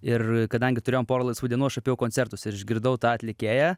ir kadangi turėjom porą laisvų dienų aš apėjau koncertus ir išgirdau tą atlikėją